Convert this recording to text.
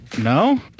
no